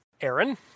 Aaron